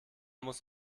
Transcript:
muss